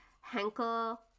Henkel